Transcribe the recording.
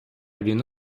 він